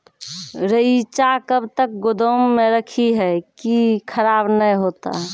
रईचा कब तक गोदाम मे रखी है की खराब नहीं होता?